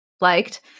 liked